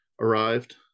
arrived